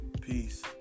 Peace